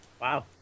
Wow